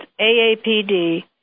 AAPD